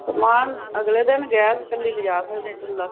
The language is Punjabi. ਸਮਾਨ ਅਗਲੇ ਦਿਨ ਗੈਸ ਇਕੱਲੀ ਲਿਜਾ ਸਕਦੇ ਚੁੱਲ੍ਹਾ